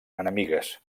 enemigues